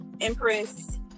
Empress